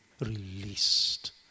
released